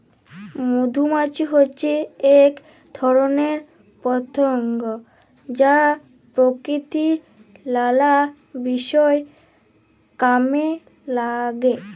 মধুমাছি হচ্যে এক ধরণের পতঙ্গ যা প্রকৃতির লালা বিষয় কামে লাগে